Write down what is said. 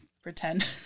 pretend